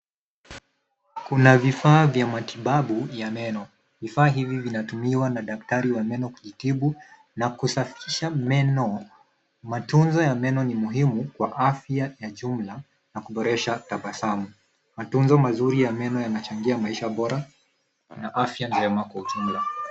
Kuna vifaa vya matibabu ya meno. Vifaa hivi vinatumiwa na daktari wa meno kutibu na kusafisha meno. Matunzo ya meno ni muhimu kwa afya ya jumla na kuboresha tabasamu. Matunzo mazuri ya meno yanachangia maisha bora na afya njema kwa ujumla.